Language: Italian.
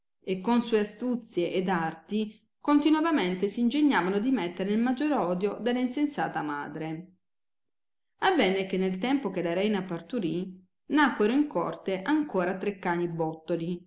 e con sue astuzie ed arti continovamente s ingegnavano di metterla in maggior odio della insensata madre avenne che nel tempo che la reina parturì nacquero in corte ancora tre cani bottoli